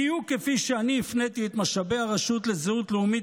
בדיוק כפי שאני הפניתי את משאבי הרשות לזהות לאומית